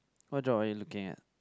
what job are you looking at